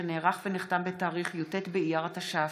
שנערך ונחתם בתאריך י"ט באייר התש"ף,